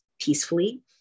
peacefully